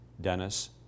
Dennis